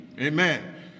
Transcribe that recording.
Amen